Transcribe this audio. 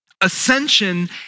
Ascension